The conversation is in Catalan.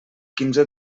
quinze